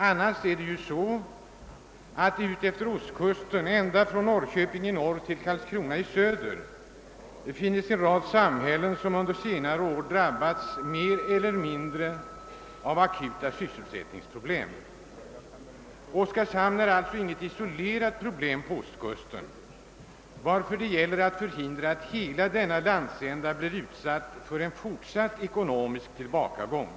Annars är det ju så att utefter ostkusten ända från Norrköping i norr till Karlskrona i söder finns en rad samhällen som under senare år mer eller mindre drab bats av akuta sysselsättningsproblem. Oskarshamn är alltså inget isolerat problem på ostkusten, varför det gäller att förhindra att hela denna landsända blir utsatt för fortsatt ekonomisk tillbakagång.